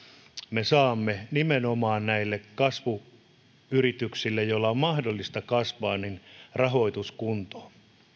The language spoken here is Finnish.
me saamme nimenomaan näille kasvuyrityksille joiden on mahdollista kasvaa rahoituksen kuntoon